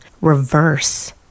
reverse